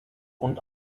und